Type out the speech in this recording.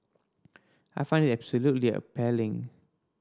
I find absolutely appalling